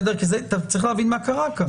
כי יש להבין מה קרה כאן.